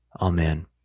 Amen